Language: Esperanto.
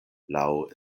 laŭ